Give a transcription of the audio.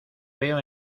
veo